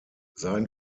sein